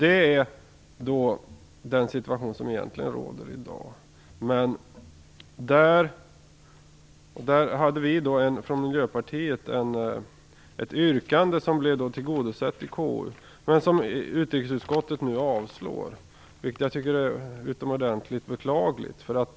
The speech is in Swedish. Det är den situation som egentligen råder i dag. Där har vi i Miljöpartiet ett yrkande som blev tillgodosett i KU men som utrikesutskottet nu avstyrker. Det tycker jag är utomordentligt beklagligt.